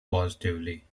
positively